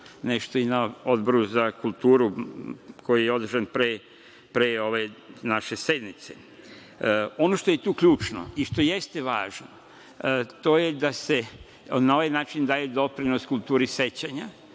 govorio i na Odboru za kulturu koji je održan pre ovde naše sednice. Ono što je tu ključno i što jeste važno, to je da se na ovaj način daje doprinos kulturi sećanja,